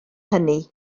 hynny